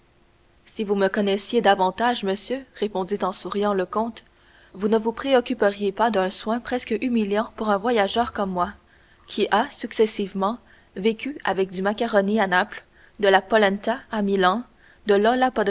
si vous me connaissiez davantage monsieur répondit en souriant le comte vous ne vous préoccuperiez pas d'un soin presque humiliant pour un voyageur comme moi qui a successivement vécu avec du macaroni à naples de la polenta à milan de